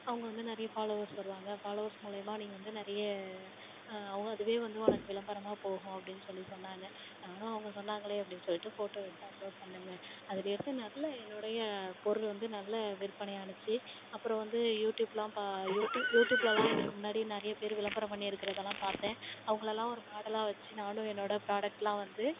அவங்க வந்து நிறைய ஃபாலோவர்ஸ் வருவாங்க ஃபாலோவர்ஸ் மூலிமாக நீங்கள் வந்து நிறைய அவங்க அதுவே வந்து உனக்கு விளம்பரமாக போகும் அப்படின்னு சொல்லி சொன்னாங்கள் நானும் அவங்க சொன்னாங்களே அப்படின் சொல்லிட்டு ஃபோட்டோ எடுத்து அப்லோட் பண்ணேங்க அதிலேருந்து நல்ல என்னோடைய பொருள் வந்து நல்ல விற்பனை ஆணுச்சி அப்புறோம் வந்து யூடியூப்லாம் ப யூடியூப் யூடியூப்லெலாம் இதுக்கு முன்னாடியே நிறைய பேர் விளம்பரம் பண்ணிருக்கிறதெல்லாம் பார்த்தேன் அவங்களெல்லாம் ஒரு மாடலாக வெச்சு நானும் என்னோடய ப்ராடக்ட்லாம் வந்து